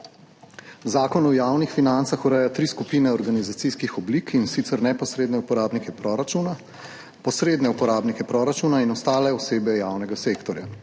Zakon o javnih financah ureja tri skupine organizacijskih oblik, in sicer neposredne uporabnike proračuna, posredne uporabnike proračuna in ostale osebe javnega sektorja.